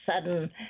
sudden